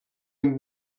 amb